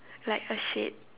like a shade